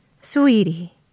Sweetie